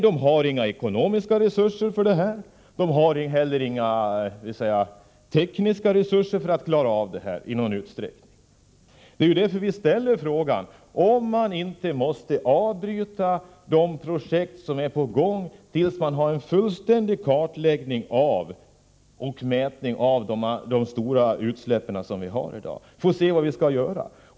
De har inga ekonomiska resurser för att utföra detta arbete och inte heller tekniska resurser för att klara det i någon nämnvärd utsträckning. Det är därför vi ställer frågan, om man inte måste avbryta de projekt som är på gång, tills man har en fullständig kartläggning och mätning av de stora utsläpp som i dag förekommer, för att se vad vi skall göra.